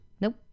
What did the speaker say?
Nope